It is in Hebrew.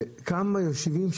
כמה יושבים,